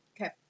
Okay